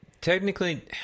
Technically